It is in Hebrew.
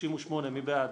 47 מי בעד?